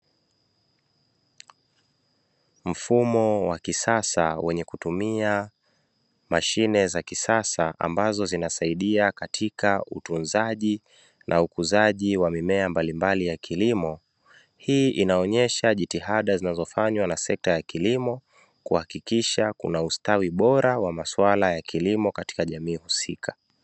Mfumo wa kisasa wenye kutumia mashine za kisasa ambazo zinasaidia katika utunzaji na ukuzaji wa mimea mbalimbali ya kilimo, hii inaonyesha jitihada zinazofanywa na sekta ya kilimo kuhakikisha kuna ustawi bora wa masuala ya kilimo katika jamii husika.